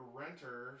renter